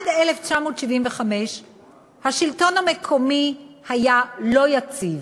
עד 1975 השלטון המקומי היה לא יציב,